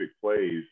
plays